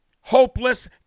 hopeless